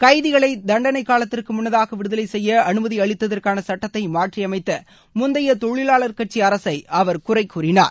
கைதிகளை தண்டனை காலத்திற்கு முன்னதாக விடுதலை செய்ய அனுமதி அளித்ததற்கான சட்டத்தை மாற்றியமைத்த முந்தைய தொழிலாளர் கட்சி அரசை அவர் குறை கூறினார்